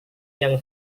yang